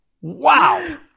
Wow